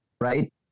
right